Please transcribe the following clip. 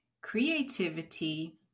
creativity